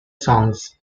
songs